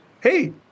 Hey